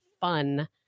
fun